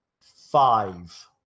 five